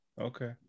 okay